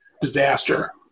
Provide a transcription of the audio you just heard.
disaster